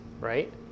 right